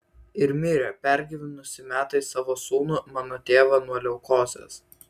ir mirė pergyvenusi metais savo sūnų mano tėvą nuo leukozės